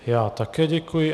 Já také děkuji.